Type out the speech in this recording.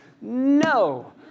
no